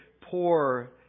poor